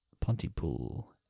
Pontypool